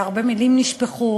והרבה מילים נשפכו,